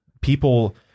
people